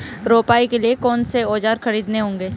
रोपाई के लिए कौन से औज़ार खरीदने होंगे?